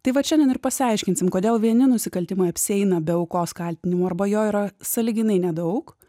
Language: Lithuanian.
tai vat šiandien ir pasiaiškinsim kodėl vieni nusikaltimai apsieina be aukos kaltinimo arba jo yra sąlyginai nedaug